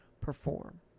perform